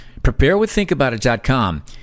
Preparewiththinkaboutit.com